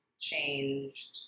changed